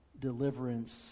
deliverance